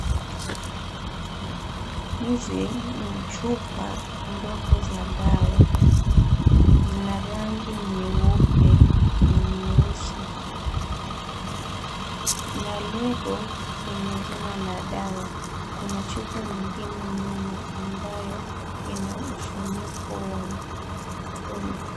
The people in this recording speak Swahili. Hizi ni chupa ndogo za dawa, zina rangi nyeupe na nyeusi, na nembo yenye jina la dawa, kuna chupa nyingine nyuma ambayo ina ufuniko mwekundu.